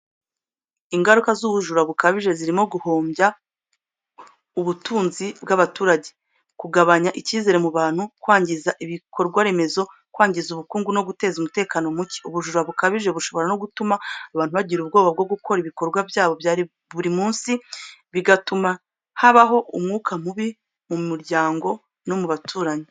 Ingaruka z’ubujura bukabije zirimo guhombya ubutunzi bw’abaturage, kugabanya icyizere mu bantu, kwangiza ibikorwaremezo, kwangiza ubukungu no guteza umutekano muke. Ubujura bukabije bushobora no gutuma abantu bagira ubwoba bwo gukora ibikorwa byabo bya buri munsi, bigatuma habaho umwuka mubi mu muryango no mu baturanyi.